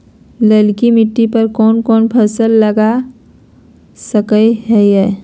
ललकी मिट्टी पर कोन कोन फसल लगा सकय हियय?